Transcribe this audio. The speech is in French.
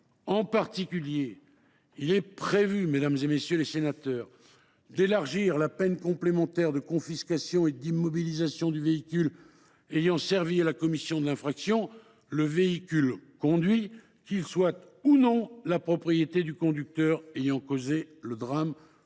En particulier, il est prévu d’élargir la peine complémentaire de confiscation et d’immobilisation du véhicule ayant servi à la commission de l’infraction. Le véhicule conduit, qu’il soit ou non la propriété du conducteur ayant causé le drame,